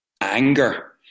anger